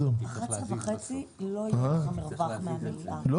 צריך להוציא להם הזמנה, אתה אנשים שנמצאים כאן.